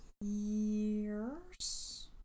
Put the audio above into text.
years